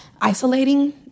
isolating